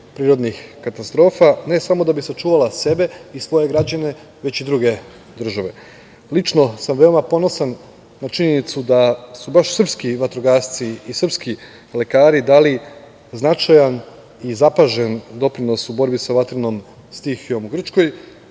prirodnih katastrofa, ne samo da bi sačuvala sebe i svoje građane, već i druge države. Lično sam veoma ponosan na činjenicu da su baš srpski vatrogasci i srpski lekari dali značajan i zapažen doprinos u borbi sa vatrenom stihijom u Grčkoj,